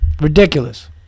ridiculous